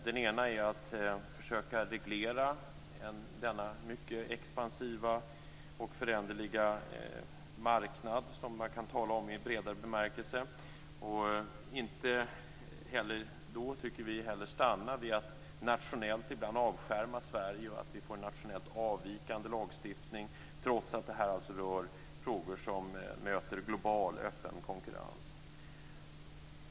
Den ena är att försöka att reglera denna mycket expansiva och föränderliga marknad, som man kan tala om i bredare bemärkelse, och att inte heller då, tycker vi, stanna vid att nationellt avskärma Sverige med en avvikande lagstiftning trots att detta rör frågor som möter global öppen konkurrens.